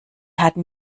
hatten